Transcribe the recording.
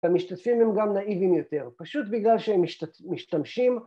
המשתתפים הם גם נאיבים יותר פשוט בגלל שהם משתמשים